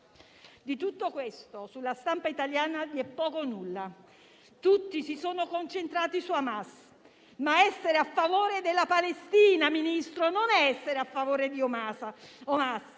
Di tutto questo sulla stampa italiana vi è poco o nulla. Tutti si sono concentrati su Hamas, ma essere a favore della Palestina, signor Ministro, non significa essere a favore di Hamas,